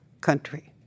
country